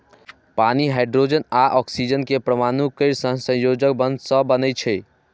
पानि हाइड्रोजन आ ऑक्सीजन के परमाणु केर सहसंयोजक बंध सं बनै छै